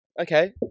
Okay